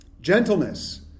Gentleness